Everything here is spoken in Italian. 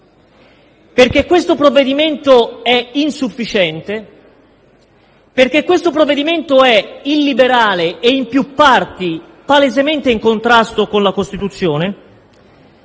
perché questo provvedimento è insufficiente; perché è illiberale e in più parti palesemente in contrasto con la Costituzione;